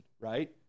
right